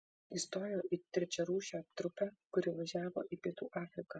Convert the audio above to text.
įstojo į trečiarūšę trupę kuri važiavo į pietų afriką